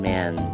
Man